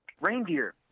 reindeer